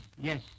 yes